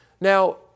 Now